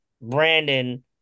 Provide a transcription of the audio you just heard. Brandon